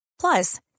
plus